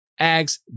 Ags